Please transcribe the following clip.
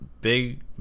big